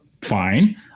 fine